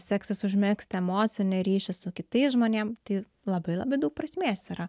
seksis užmegzti emocinį ryšį su kitais žmonėm tai labai labai daug prasmės yra